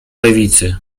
lewicy